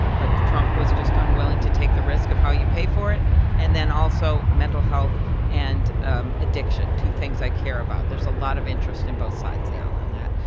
but trump was just unwilling to take the risk of how you pay for it and then also mental health and ah addiction two things i care about. there's a lot of interest in both sides of the aisle on that.